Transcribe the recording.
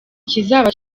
kizaba